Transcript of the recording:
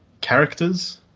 characters